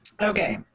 okay